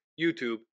YouTube